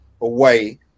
away